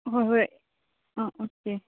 ꯍꯣꯏ ꯍꯣꯏ ꯑꯥ ꯑꯣꯀꯦ